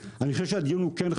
אני לא חושב שזה הדיון פה, לדעתי.